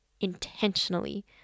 intentionally